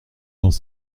dans